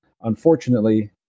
Unfortunately